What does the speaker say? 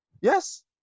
Yes